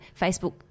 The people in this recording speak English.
Facebook